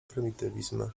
prymitywizm